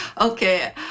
Okay